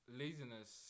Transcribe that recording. laziness